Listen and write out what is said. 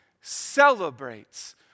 celebrates